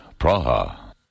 Praha